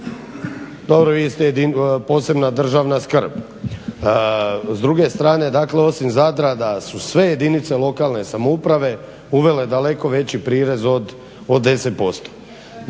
Dobro vi ste posebna državna skrb. S druge strane dakle osim Zadra da su sve jedinice lokalne samouprave uvele daleko veći prirez od 10%.